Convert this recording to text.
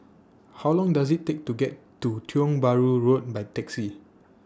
How Long Does IT Take to get to Tiong Bahru Road By Taxi